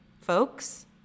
folks